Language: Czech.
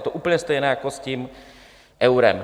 Je to úplně stejné jako s tím eurem.